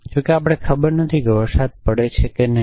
જોકે આપણે ખબર નથી કે વરસાદ પડે છે કે નહીં